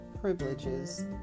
privileges